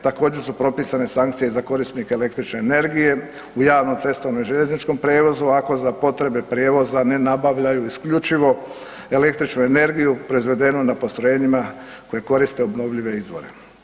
Također su propisane sankcije za korisnike električne energije u javnom, cestovnom i željezničkom prijevozu ako za potrebe prijevoza ne nabavljaju isključivo električnu energiju proizvedenu na postojenjima koji koriste obnovljive izvore.